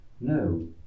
No